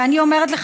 ואני אומרת לך,